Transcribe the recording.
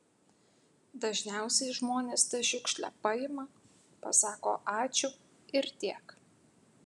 dažniausiai žmonės tą šiukšlę paima pasako ačiū ir tiek